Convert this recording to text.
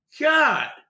God